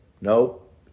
Nope